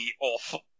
awful